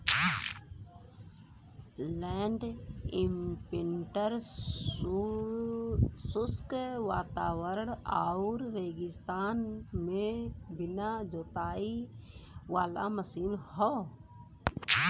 land imprinter शुष्क वातावरण आउर रेगिस्तान में बिना जोताई वाला मशीन हौ